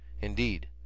indeed